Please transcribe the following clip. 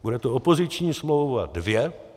Bude to opoziční smlouva 2.